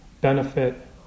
benefit